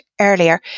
earlier